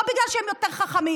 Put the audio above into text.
לא בגלל שהם יותר חכמים,